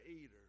eater